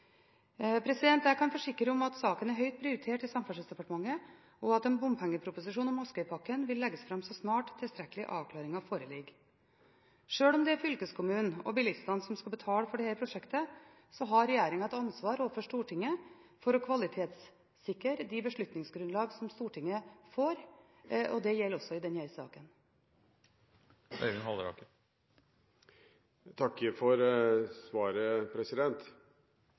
Jeg kan forsikre om at saken er høyt prioritert i Samferdselsdepartementet, og at en bompengeproposisjon om Askøypakken vil legges fram så snart tilstrekkelige avklaringer foreligger. Sjøl om det er fylkeskommunen og bilistene som skal betale for dette prosjektet, har regjeringen et ansvar overfor Stortinget for å kvalitetssikre det beslutningsgrunnlag som Stortinget får. Det gjelder også i denne saken. Jeg takker for svaret.